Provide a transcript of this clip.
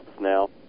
now